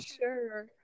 sure